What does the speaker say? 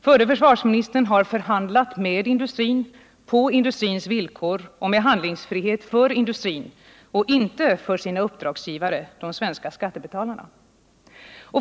Förre försvarsministern har förhandlat med industrin på industrins villkor och med handlingsfrihet för industrin och inte för sina uppdragsgivare — de svenska skattebetalarna.